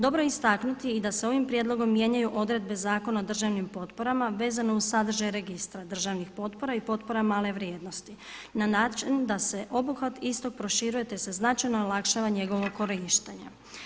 Dobro je istaknuti i da se ovim prijedlogom mijenjaju odredbe Zakona o državnim potporama vezano uz sadržaj registra državnih potpora i potpora male vrijednosti na način da se obuhvat isto proširuje te se značajno olakšava njegovo korištenje.